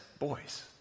Boys